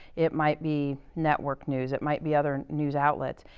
it might be network news, it might be other news outlets.